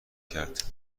کرد